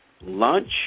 lunch